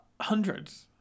hundreds